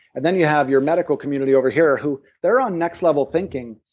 and then you have your medical community over here who, they're on next-level thinking,